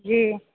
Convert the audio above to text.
जी